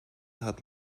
hat